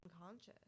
Unconscious